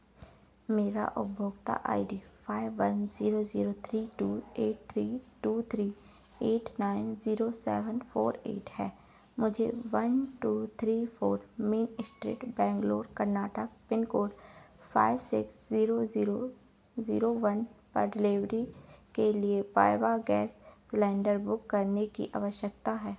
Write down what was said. मेरा उपभोक्ता I D five one zero zero three two eight three two three eight nine zero seven four eight है मुझे one two three four main street Bangalore Karnataka pin code five six zero zero zero one पर delivery के लिए वाइवा gas cylinder book करने की आवश्यकता है